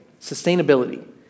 sustainability